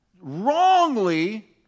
wrongly